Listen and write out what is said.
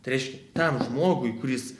tai reiškia tam žmogui kuris